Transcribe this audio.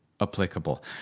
applicable